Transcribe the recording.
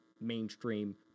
mainstream